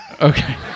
Okay